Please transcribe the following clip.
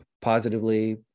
positively